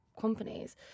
companies